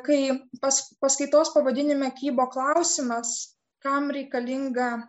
kai pas paskaitos pavadinime kybo klausimas kam reikalinga